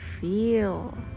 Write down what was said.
Feel